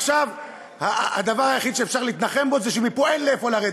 עכשיו הדבר היחיד שאפשר להתנחם בו זה שמפה אין לאיפה לרדת.